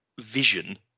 vision